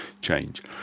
change